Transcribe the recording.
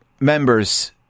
members